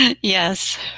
Yes